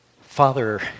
Father